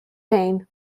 pain